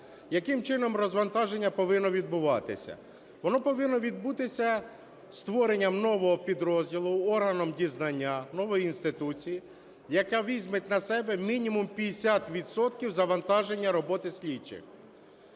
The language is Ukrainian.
Яким чином розвантаження повинно відбуватися? Воно повинно відбутися створенням нового підрозділу органу дізнання, нової інституції, яка візьме на себе мінімум 50 відсотків завантаження роботи слідчих.